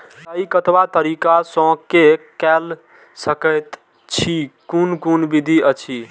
सिंचाई कतवा तरीका स के कैल सकैत छी कून कून विधि अछि?